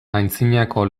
antzinako